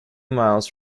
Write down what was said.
miles